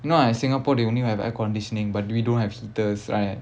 you know ah singapore they only have air conditioning but we don't have heaters right